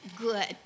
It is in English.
good